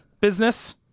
business